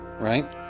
Right